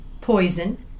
poison